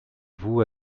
vous